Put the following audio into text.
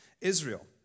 Israel